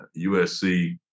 USC